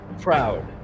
proud